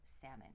salmon